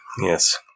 Yes